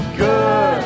good